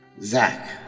Zach